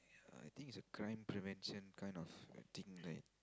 ya I think it's a crime prevention kind of thing right